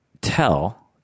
tell